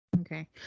Okay